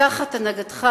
תחת הנהגתך,